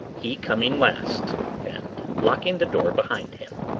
he coming last and locking the door behind him.